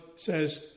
says